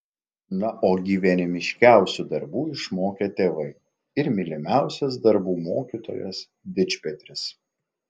na o gyvenimiškiausių darbų išmokė tėvai ir mylimiausias darbų mokytojas dičpetris